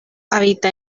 habita